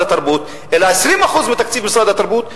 התרבות אלא 20% מתקציב משרד התרבות,